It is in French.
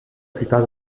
plupart